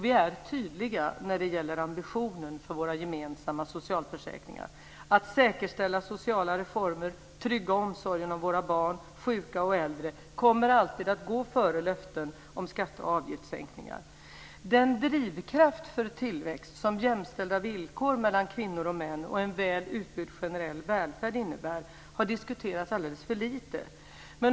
Vi är tydliga när det gäller ambitionen för våra gemensamma socialförsäkringar. Att säkerställa sociala reformer, trygga omsorgen om våra barn, sjuka och äldre kommer alltid att gå före löften om skatte och avgiftssänkningar. Den drivkraft för tillväxt som jämställda villkor mellan kvinnor och män och en väl utbyggd generell välfärd innebär har diskuterats alldeles för lite.